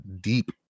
deep